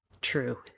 True